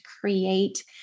create